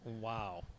wow